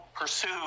pursue